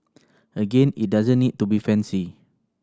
again it doesn't need to be fancy